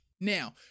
Now